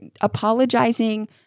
apologizing